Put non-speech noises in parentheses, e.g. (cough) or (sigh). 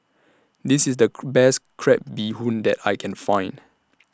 This IS The (unintelligible) Best Crab Bee Hoon that I Can Find